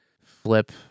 flip